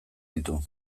ditu